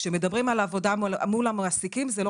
כשמדברים על עבודה מול המעסיקים זה לא